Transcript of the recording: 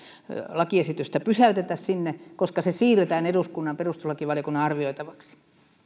lakiesitystä pysäytetä sinne koska se siirretään eduskunnan perustuslakivaliokunnan arvioitavaksi